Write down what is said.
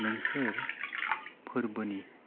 नोंसोर फोरबोनि